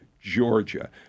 georgia